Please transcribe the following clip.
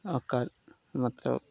ओकर मतलब